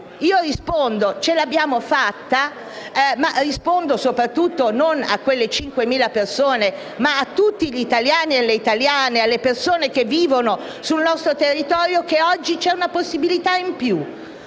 Io rispondo che ce l'abbiamo fatta, e non rispondo solo a quelle 5.000 persone, ma a tutti gli italiani ed alle italiane, alle persone che vivono sul nostro territorio che oggi c'è una possibilità in più